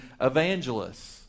evangelists